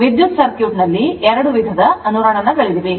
ವಿದ್ಯುತ್ ಸರ್ಕ್ಯೂಟ್ಗಳಲ್ಲಿ 2 ವಿಧದ ಅನುರಣನಗಳಿವೆ